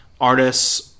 artists